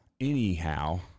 Anyhow